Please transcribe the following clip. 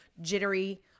jittery